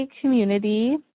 community